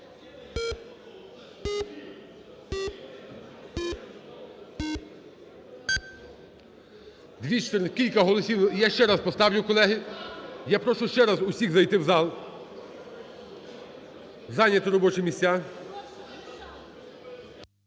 За-214 Кілька голосів. Я ще раз поставлю, колеги. Я прошу ще раз усіх зайти в зал, зайняти робочі місця.